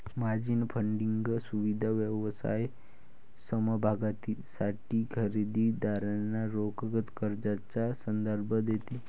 margin funding सुविधा व्यवसाय समभागांसाठी खरेदी दारांना रोख कर्जाचा संदर्भ देते